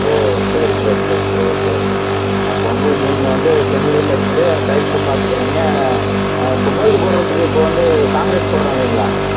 ஓ சரி சரி சரி ஓகே ஓகே அப்போ வந்து நீங்கள் வந்து செங்கல் கட்டிவிட்டு டைல்ஸும் பார்த்துக்கிறிங்க இப்போ மோல்டு போடுறதுக்கு இப்போ வந்து காங்கிரேட் போடுறோம் இல்லைங்களா